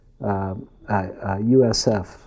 USF